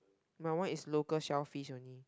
my one is local shellfish only